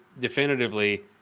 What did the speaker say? definitively